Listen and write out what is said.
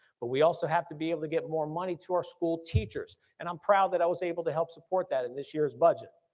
but we also have to be able to get more money to our schoolteachers. and i'm proud that i was able to help support that in this year's budget.